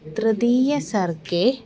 तृतीयसर्गे